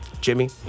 Jimmy